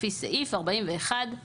לפי סעיף 41(א)(1),